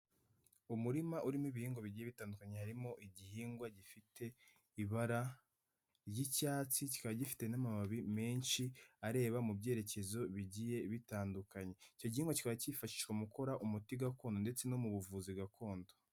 Umurima urimo ibihingwa bigiye bitandukanye, harimo igihingwa gifite ibara ry'icyatsi, kikaba gifite n'amababi menshi, areba mu byerekezo bigiye bitandukanye, icyo gihingwa kikaba cyifashishwa mu gukora umuti gakondo ndetse no mu buvuzi gakondo.